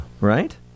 Right